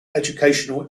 educational